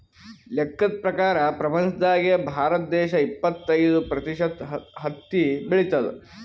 ಲೆಕ್ಕದ್ ಪ್ರಕಾರ್ ಪ್ರಪಂಚ್ದಾಗೆ ಭಾರತ ದೇಶ್ ಇಪ್ಪತ್ತೈದ್ ಪ್ರತಿಷತ್ ಹತ್ತಿ ಬೆಳಿತದ್